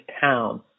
Town